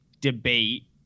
debate